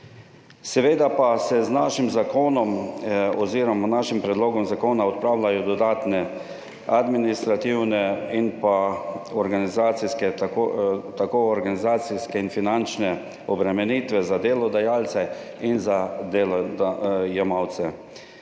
Seveda pa se z našim predlogom zakona odpravljajo dodatne administrativne in organizacijske ter finančne obremenitve za delodajalce in za delojemalce.